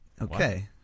Okay